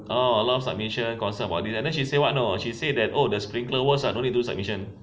ah a lot of submission concern about this then she say you know what know she say that oh the sprinkler worse ah don't need do submission